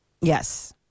Yes